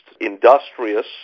industrious